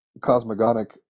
cosmogonic